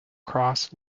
cross